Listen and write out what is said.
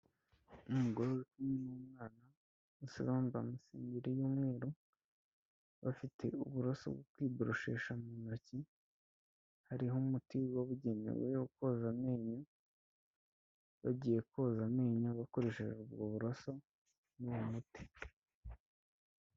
Ni umugore n'umwana wambaye isurubeti, imbereri y'umweru bafite uburoso bwo kwiboshesha mu ntoki hariho umuti wabugenewe wo koza amenyo bagiye koza amenyo bakoresheje ubwo buroso n'uwo muti.